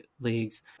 leagues